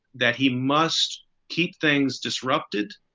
that he must keep things disrupted,